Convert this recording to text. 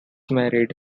married